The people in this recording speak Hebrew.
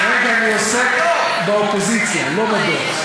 כרגע אני עוסק באופוזיציה, לא בדוח.